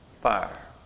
fire